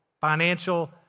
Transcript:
financial